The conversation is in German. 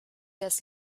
das